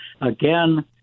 Again